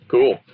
Cool